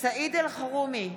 סעיד אלחרומי,